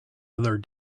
other